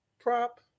prop